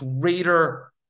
greater